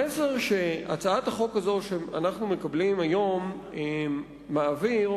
המסר שאנחנו מקבלים היום מהצעת החוק הזאת